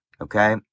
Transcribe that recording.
Okay